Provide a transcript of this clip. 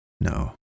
No